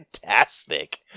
fantastic